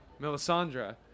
Melisandre